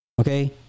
Okay